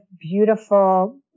beautiful